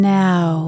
now